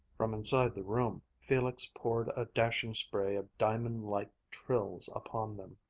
from inside the room felix poured a dashing spray of diamond-like trills upon them.